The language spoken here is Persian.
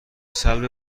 سلب